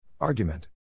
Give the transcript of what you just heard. Argument